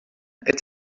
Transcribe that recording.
est